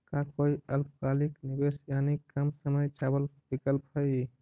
का कोई अल्पकालिक निवेश यानी कम समय चावल विकल्प हई?